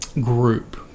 group